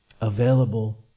available